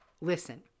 Listen